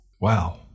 wow